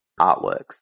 artworks